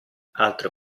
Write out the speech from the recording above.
altro